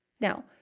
Now